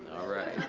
alright,